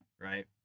Right